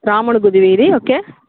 రాముడిగుడి వీధి ఓకే